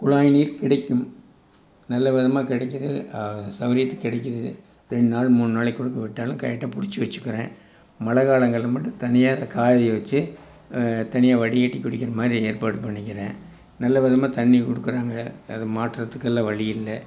குழாய்நீர் கிடைக்கும் நல்லவிதமாக கிடைக்குது சௌகரியத்துக்கு கிடைக்குது ரெண்டு நாள் மூணு நாளைக்கு ஒருக்க விட்டாலும் கரெக்டாக பிடிச்சு வச்சுக்கிறேன் மழை காலங்களில் மட்டும் தனியாக அது வச்சு தனியாக வடிகட்டி குடிக்கிறமாதிரி ஏற்பாடு பண்ணிக்கிறேன் நல்லவிதமாக தண்ணி கொடுக்குறாங்க அது மாற்றத்துக்கெல்லாம் வழியில்ல